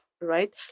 right